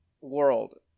world